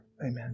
Amen